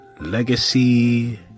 Legacy